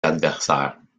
adversaires